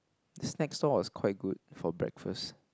snack stall was quite good for breakfast